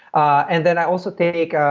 and then i also take